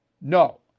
No